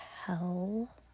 hell